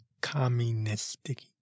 communistic